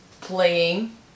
playing